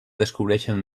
descobreixen